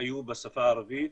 היו בשפה הערבית,